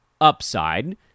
upside